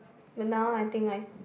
but now I think I s~